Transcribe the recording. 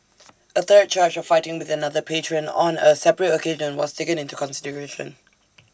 A third charge of fighting with another patron on A separate occasion was taken into consideration